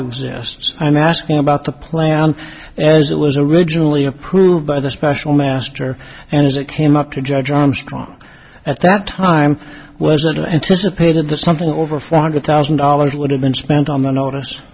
exists i'm asking about the plan as it was originally approved by the special master and as it came up to judge armstrong at that time was an anticipated the something over four hundred thousand dollars would have been spent on the notice